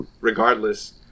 regardless